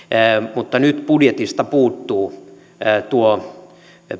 mutta nyt budjetista puuttuu tuo